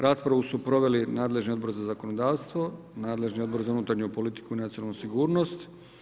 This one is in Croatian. Raspravu su proveli nadležni Odbor za zakonodavstvo, nadležni Odbor za unutarnju politiku i nacionalnu sigurnost.